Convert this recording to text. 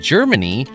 Germany